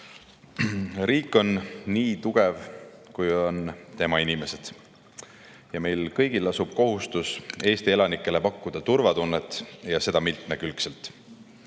Riik on nii tugev, kui on tema inimesed. Meil kõigil lasub kohustus pakkuda Eesti elanikele turvatunnet, ja seda mitmekülgselt.